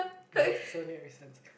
Sony-Ericssons